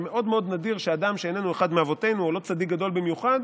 זה מאוד מאוד נדיר שאדם שאיננו אחד מאבותינו או לא צדיק גדול במיוחד,